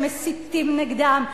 הם מסיתים נגדם,